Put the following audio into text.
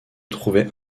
trouvait